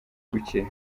gukira